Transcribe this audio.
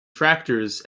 tractors